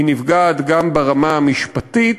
היא נפגעת ברמה המשפטית,